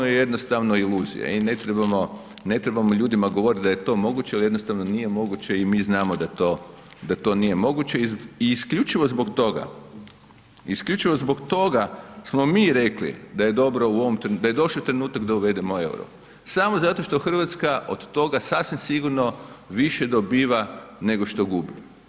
Jednostavno je iluzija i ne trebamo ljudima govoriti da je to moguće jer jednostavno nije moguće i mi znamo da to nije moguće i isključivo zbog toga, isključivo zbog toga smo mi rekli da je došao trenutak da uvedemo euro samo zato što Hrvatska od toga sasvim sigurno više dobiva nego što gubi.